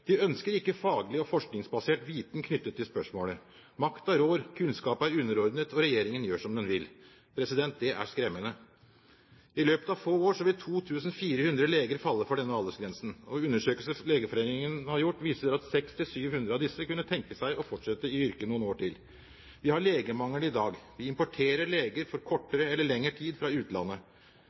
De ønsker ikke faglig og forskningsbasert viten knyttet til spørsmålet. Makta rår, kunnskap er underordnet. Regjeringen gjør som den vil. Det er skremmende. I løpet av få år vil 2 400 leger falle for denne aldersgrensen. Undersøkelser Legeforeningen har gjort, viser at 600–700 av disse kunne tenke seg å fortsette i yrket i noen år til. Vi har legemangel i dag. Vi importerer leger for kortere eller lengre tid fra utlandet.